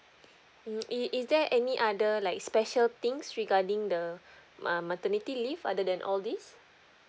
mm is there any other like special things regarding the ma~ maternity leave other than all this